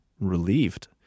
relieved